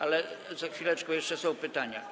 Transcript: Ale za chwileczkę, jeszcze są pytania.